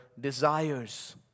desires